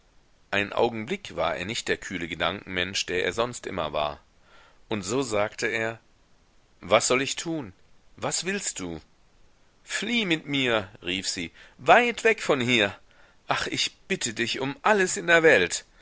einen augenblick war er nicht der kühle gedankenmensch der er sonst immer war und so sagte er was soll ich tun was willst du flieh mit mir rief sie weit weg von hier ach ich bitte dich um alles in der welt